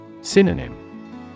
Synonym